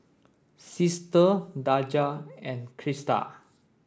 Sister Daja and Crista